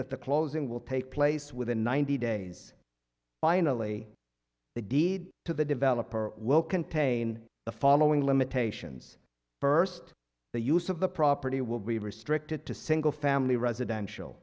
that the closing will take place within ninety days finally the deed to the developer will contain the following limitations first the use of the property will be restricted to single family residential